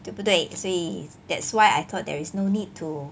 对不对所以 that's why I thought there is no need to